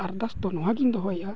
ᱟᱨᱫᱟᱥ ᱫᱚ ᱱᱚᱣᱟᱜᱮᱧ ᱫᱚᱦᱚᱭᱮᱫᱼᱟ